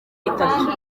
itatu